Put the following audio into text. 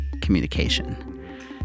communication